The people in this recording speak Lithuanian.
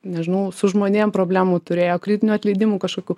nežinau su žmonėm problemų turėjo kritinių atleidimų kažkokių